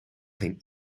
geen